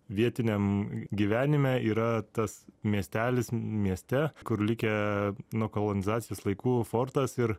vietiniam gyvenime yra tas miestelis mieste kur likę nuo kolonizacijos laikų fortas ir